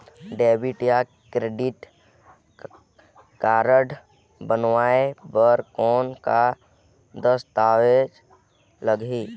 Debit या credit card बनवाय बर कौन का दस्तावेज लगही?